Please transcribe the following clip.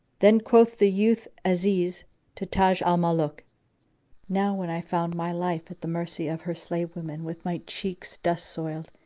then quoth the youth aziz to taj al-muluk, now when i found my life at the mercy of her slave women with my cheeks dust soiled,